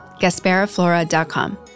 gasperaflora.com